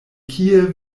kie